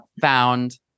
found